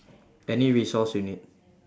any resource you need